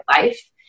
life